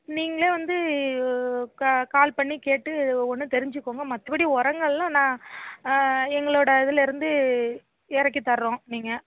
நீங்களே வந்து கா கால் பண்ணி கேட்டு ஒவ்வொன்று தெரிஞ்சிக்கோங்க மற்றபடி ஒரங்கள்லாம் நான் எங்களோடய இதில் இருந்து இறக்கி தர்றோம் நீங்கள்